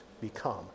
become